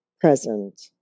present